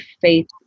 faith